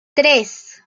tres